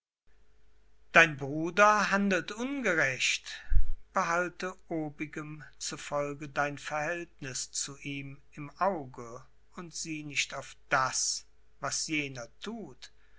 dein bruder handelt ungerecht behalte obigem zufolge dein verhältniß zu ihm im auge und sieh nicht auf das was jener thut